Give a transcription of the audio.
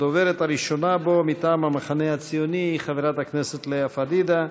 הדוברת הראשונה בו מטעם המחנה הציוני היא חברת הכנסת לאה פדידה.